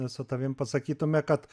su tavim pasakytume kad